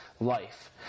life